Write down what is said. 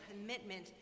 commitment